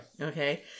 Okay